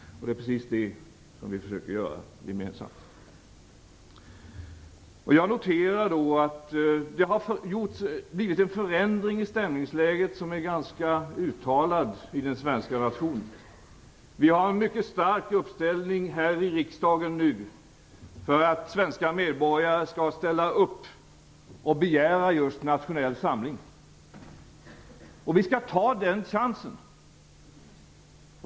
Det är precis vad vi försöker göra gemensamt. Jag noterar att det har blivit en förändring i stämningsläget som är ganska uttalad hos den svenska nationen. Vi har en mycket stark uppslutning här i riksdagen för att svenska medborgare skall ställa upp och begära just nationell samling. Vi skall ta den chansen.